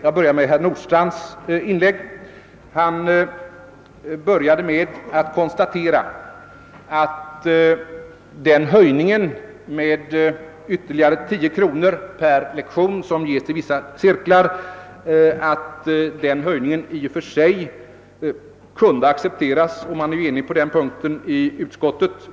Jag börjar med herr Nordstrandhs anförande i vilket han först konstaterade, att höjningen med ytterligare 10 kronor per lektion till vissa cirklar i och för sig kunde accepteras, och utskottet är ju också enigt på denna punkt.